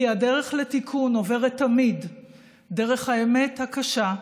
כי הדרך לתיקון עוברת תמיד דרך האמת הקשה,